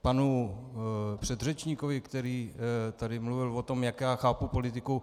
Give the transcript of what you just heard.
K panu předřečníkovi, který tady mluvil o tom, jak já chápu politiku.